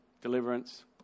deliverance